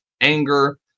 anger